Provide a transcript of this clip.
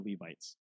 Levites